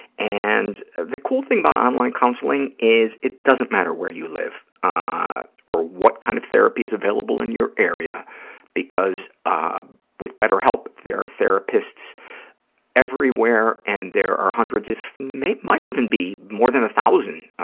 and the cool thing about online counseling is it doesn't matter where you live ah or what kind of therapy is available in your area because, ah with better help, there are therapists everywhere and there are hundreds, might might even be more than a thousand,